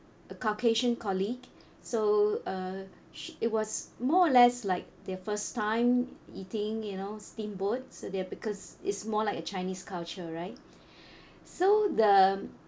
a caucasian colleague so uh sh~ it was more or less like their first time eating you know steamboats so that because it's more like a chinese culture right so the